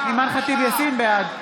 בושה, בושה,